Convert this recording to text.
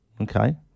Okay